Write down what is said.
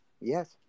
yes